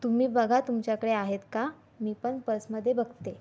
तुम्ही बघा तुमच्याकडे आहेत का मी पण पर्समध्ये बघते